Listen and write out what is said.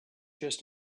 just